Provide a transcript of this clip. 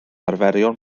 arferion